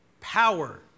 power